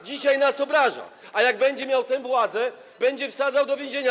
Dzisiaj nas obraża, a jak będzie miał tę władzę, będzie wsadzał do więzienia.